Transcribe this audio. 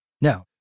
No